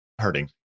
hurting